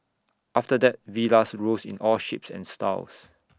after that villas rose in all shapes and styles